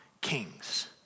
kings